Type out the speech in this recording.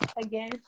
again